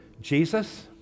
Jesus